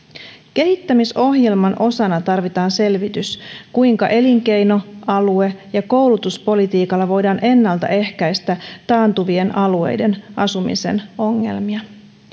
kehittämisohjelman osana tarvitaan selvitys kuinka elinkeino alue ja koulutuspolitiikalla voidaan ennalta ehkäistä taantuvien alueiden asumisen ongelmia